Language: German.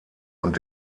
und